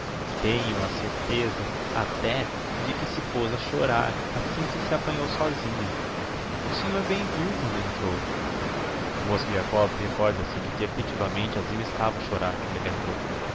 tenho a certeza até de que se pôz a chorar assim que se apanhou sósinha o senhor bem viu quando entrou mozgliakov recorda se de que effectivamente a zina estava a chorar quando elle entrou